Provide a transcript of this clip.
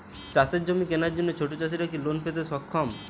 চাষের জমি কেনার জন্য ছোট চাষীরা কি লোন পেতে সক্ষম?